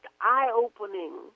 eye-opening